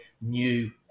new